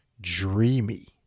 dreamy